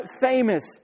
famous